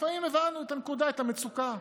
לפעמים הבנו את הנקודה, את המצוקה.